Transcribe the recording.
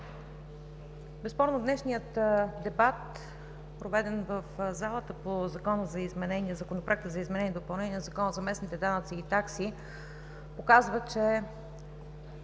Безспорно днешният дебат, проведен в залата по Законопроекта за изменение и допълнение на Закона за местните данъци и такси, показва, че